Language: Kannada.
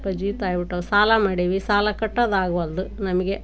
ಪಜೀತಿ ಆಗಿಬಿಟ್ಟಾವು ಸಾಲ ಮಾಡೀವಿ ಸಾಲ ಕಟ್ಟೋದು ಆಗವಲ್ದು ನಮಗೆ